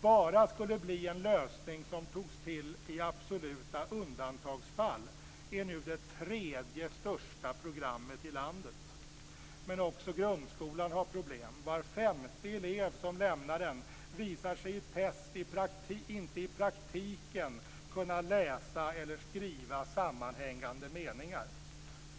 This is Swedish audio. bara skulle vara en lösning som togs till i absoluta undantagsfall, är nu det tredje största programmet i landet. Också grundskolan har problem. Var femte elev som lämnar den visar sig i test i praktiken inte kunna läsa eller skriva sammanhängande meningar.